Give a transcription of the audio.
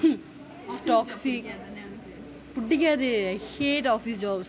toxic பிடிக்காது:pidikaathu hate office jobs